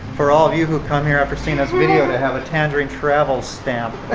for all of you who come here after seeing this video, to have a tangerine travels stamp.